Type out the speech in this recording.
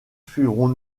suivrons